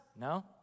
No